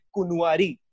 Kunwari